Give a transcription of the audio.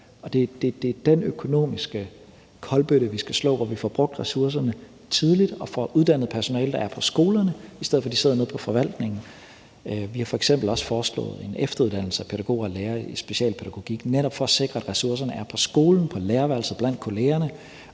Det er den økonomiske kolbøtte, vi skal slå, hvor vi får brugt ressourcerne tidligt og får uddannet personale, der er på skolerne, i stedet for at de sidder nede på forvaltningen. Vi har f.eks. også foreslået en efteruddannelse af pædagoger og lærere i specialpædagogik for netop at sikre, at ressourcerne er på skolen, på lærerværelset blandt kollegerne,